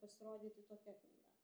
pasirodyti tokia knyga